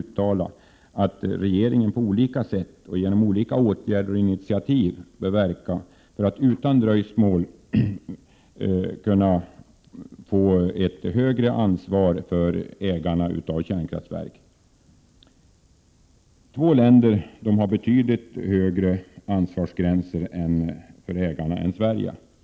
1987/88:126 uttala att regeringen på olika sätt och genom olika åtgärder och initiativ utan 25 maj 1988 dröjsmål bör verka för att ägarnas ansvar för kärnkraftsverksamheten ökas påtagligt. Två länder har betydligt högre ansvarsgränser för ägarna än Sverige.